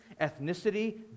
ethnicity